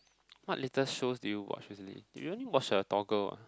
what little shows did you watch recently do you only watch the tall girl ah